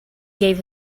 gave